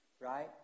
right